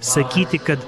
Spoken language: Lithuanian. sakyti kad